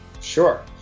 Sure